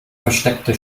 versteckte